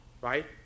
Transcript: right